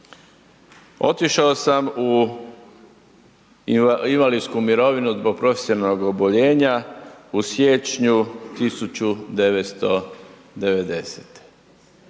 Otišao sam u invalidsku mirovinu zbog profesionalnog oboljenja u siječnju 1990.,